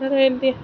ଏ